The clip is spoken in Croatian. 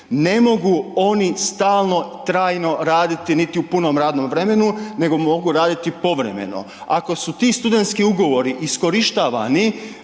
ne mogu oni stalno trajno raditi niti u punom radnom vremenu, nego mogu raditi povremeno, ako su ti studentski ugovori iskorištavani